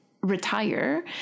retire